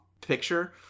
picture